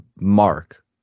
Mark